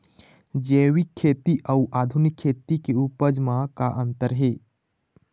जैविक खेती अउ आधुनिक खेती के उपज म का अंतर हे?